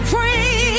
Free